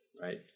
right